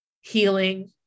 healing